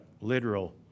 literal